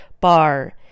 Bar